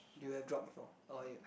you have drop before oh ya